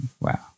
Wow